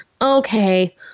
okay